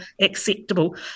acceptable